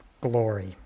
glory